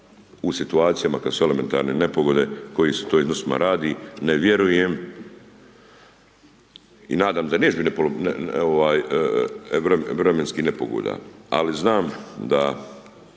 u situacijama kad su elementarne nepogode kojim se to iznosima radi ne vjerujem i nadam da …/nerazumljivo/… ovaj vremenskih nepogoda ali znam da